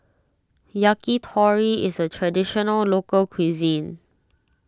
Yakitori is a Traditional Local Cuisine